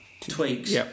tweaks